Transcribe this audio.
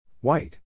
White